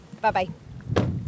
Bye-bye